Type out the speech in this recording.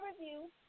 review